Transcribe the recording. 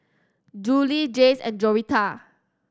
Juli Jayce and Joretta